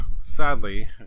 sadly